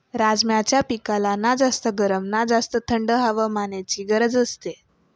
राजमाच्या पिकाला ना जास्त गरम ना जास्त थंड हवामानाची गरज असते